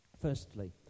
firstly